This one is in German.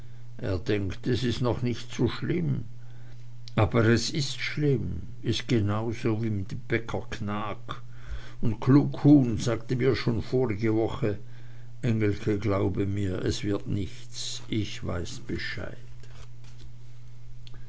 er denkt es is noch nich so schlimm aber es is schlimm is genauso wie mit bäcker knaack un kluckhuhn sagte mir schon vorige woche engelke glaube mir es wird nichts ich weiß bescheid